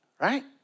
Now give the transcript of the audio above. right